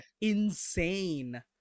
insane